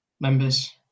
members